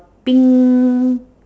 pink